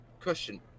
question